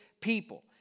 people